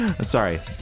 sorry